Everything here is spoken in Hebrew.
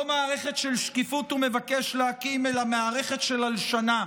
לא מערכת של שקיפות הוא מבקש להקים אלא מערכת של הלשנה,